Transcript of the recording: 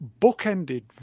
bookended